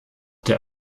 der